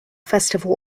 festival